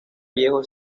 viejo